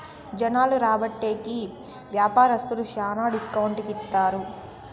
జనాలు రాబట్టే కి వ్యాపారస్తులు శ్యానా డిస్కౌంట్ కి ఇత్తారు